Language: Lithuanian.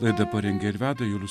laidą parengė ir veda julius